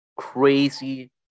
crazy